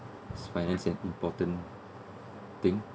finance is an important thing